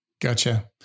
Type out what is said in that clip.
Gotcha